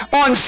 on